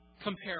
compare